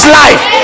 life